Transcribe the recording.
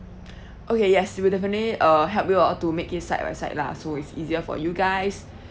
okay yes we'll definitely uh help you all to make it side by side lah so it's easier for you guys